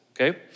okay